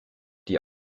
die